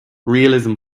realism